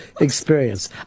experience